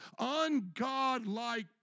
ungodlike